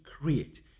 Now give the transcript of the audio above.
create